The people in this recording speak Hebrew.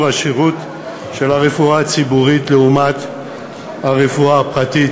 השירות של הרפואה הציבורית לעומת הרפואה הפרטית